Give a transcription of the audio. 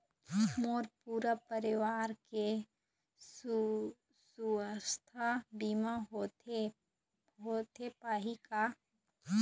मोर पूरा परवार के सुवास्थ बीमा होथे पाही का?